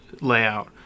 layout